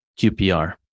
QPR